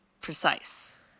precise